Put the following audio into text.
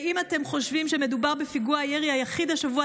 ואם אתם חושבים שמדובר בפיגוע הירי היחיד השבוע,